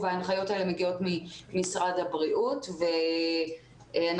ההנחיות האלה מגיעות ממשרד הבריאות ואנחנו